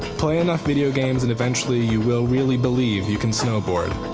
play enough video games and eventually you will really believe you can snowboard,